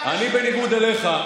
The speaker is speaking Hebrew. בניגוד אליך,